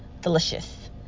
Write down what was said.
Delicious